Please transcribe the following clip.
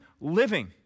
living